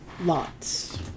lots